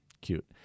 Cute